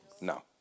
no